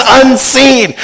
unseen